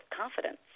confidence